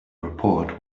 report